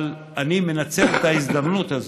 אבל אני מנצל את ההזדמנות הזו,